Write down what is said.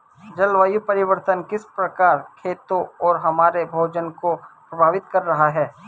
जलवायु परिवर्तन किस प्रकार खेतों और हमारे भोजन को प्रभावित कर रहा है?